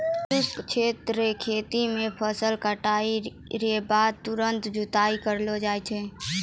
शुष्क क्षेत्र रो खेती मे फसल काटला रो बाद तुरंत जुताई करलो जाय छै